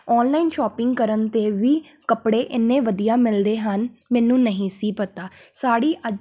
online shopping ਕਰਨ 'ਤੇ ਵੀ ਕੱਪੜੇ ਇੰਨੇ ਵਧੀਆ ਮਿਲਦੇ ਹਨ ਮੈਨੂੰ ਨਹੀਂ ਸੀ ਪਤਾ ਸਾੜੀ ਅ